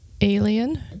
alien